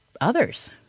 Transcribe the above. others